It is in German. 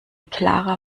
klarer